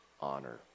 honor